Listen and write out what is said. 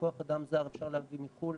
כוח אדם זר אפשר להביא מחו"ל,